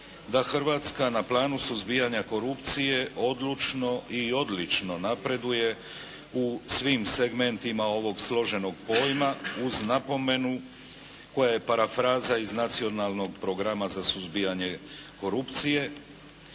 da Hrvatska na planu suzbijanja korupcije odlučno i odlično napreduje u svim segmentima ovog složenog pojma uz napomenu koja je parafraza iz Nacionalnog programa za suzbijanje korupcije.